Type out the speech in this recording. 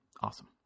awesome